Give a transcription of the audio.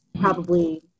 probably-